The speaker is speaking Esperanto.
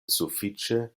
sufiĉe